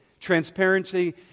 Transparency